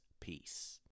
Peace